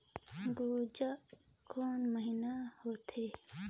गुनजा कोन महीना होथे?